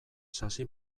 sasi